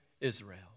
Israel